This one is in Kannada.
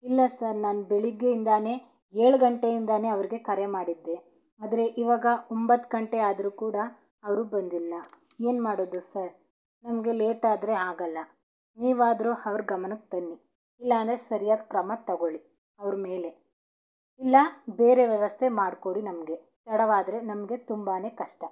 ಇಲ್ಲ ಸರ್ ನಾನು ಬೆಳಿಗ್ಗೆಯಿಂದಲೆ ಏಳು ಗಂಟೆಯಿಂದಲೇ ಅವ್ರಿಗೆ ಕರೆ ಮಾಡಿದ್ದೆ ಆದರೆ ಇವಾಗ ಒಂಬತ್ತು ಗಂಟೆ ಆದರೂ ಕೂಡ ಅವರು ಬಂದಿಲ್ಲ ಏನು ಮಾಡೋದು ಸರ್ ನಮಗೆ ಲೇಟಾದರೆ ಆಗಲ್ಲ ನೀವಾದರೂ ಅವ್ರ್ ಗಮನಕ್ಕೆ ತನ್ನಿ ಇಲ್ಲಾಂದರೆ ಸರಿಯಾದ ಕ್ರಮ ತಗೊಳ್ಳಿ ಅವ್ರ ಮೇಲೆ ಇಲ್ಲ ಬೇರೆ ವ್ಯವಸ್ಥೆ ಮಾಡಿಕೊಡಿ ನಮಗೆ ತಡವಾದರೆ ನಮಗೆ ತುಂಬಾ ಕಷ್ಟ